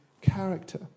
character